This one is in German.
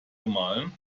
gemahlen